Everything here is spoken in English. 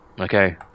Okay